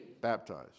Baptized